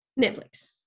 Netflix